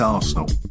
Arsenal